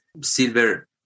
silver